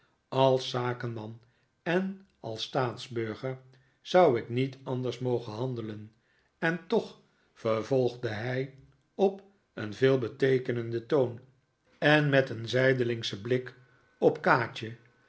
als zakenman en als staatsburger zou ik niet anders mogen handelen en toch vervolgde hij op een veelbeteekenenden toon en met een zijdelingnikolaas nickleby schen blik op kaatje